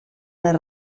les